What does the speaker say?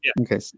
Okay